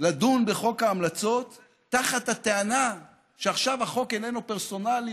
לדון בחוק ההמלצות תחת הטענה שעכשיו החוק איננו פרסונלי,